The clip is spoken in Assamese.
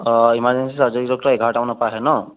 অঁ ইমাৰজেন্সীত চাৰ্জাৰী ডক্টৰ এঘাৰটামানৰ পৰা আহে ন